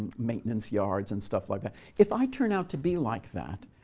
maintenance yards and stuff like that if i turn out to be like that,